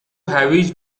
هویج